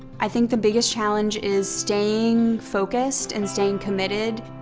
i think the biggest challenge is staying focused and staying committed.